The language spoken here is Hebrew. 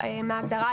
מההגדרה,